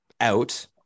out